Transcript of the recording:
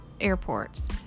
airports